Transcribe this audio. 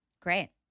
Great